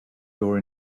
your